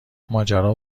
ماجرا